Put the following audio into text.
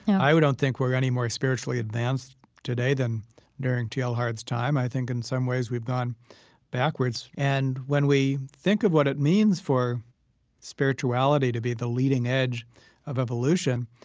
i don't think we're any more spiritually advanced today than during teilhard's time. i think in some ways, we've gone backwards. and when we think of what it means for spirituality to be the leading edge of evolution,